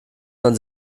man